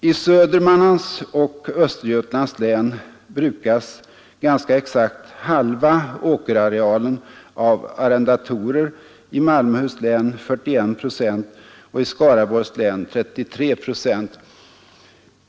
I Södermanlands och Östergötlands län brukas ganska exakt halva åkerarealen av arrendatorer, i Malmöhus län 41 procent och i Skaraborgs län 33 procent.